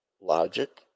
logic